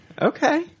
Okay